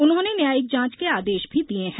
उन्होंने न्यायिक जांच के आदेश भी दिये हैं